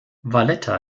valletta